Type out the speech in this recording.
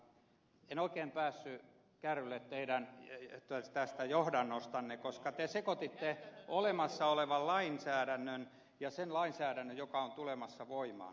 vistbacka en oikein päässyt kärryille tästä teidän johdannostanne koska te sekoititte olemassa olevan lainsäädännön ja sen lainsäädännön joka on tulossa voimaan